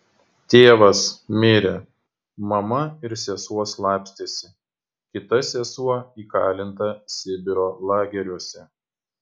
tėvas mirė mama ir sesuo slapstėsi kita sesuo įkalinta sibiro lageriuose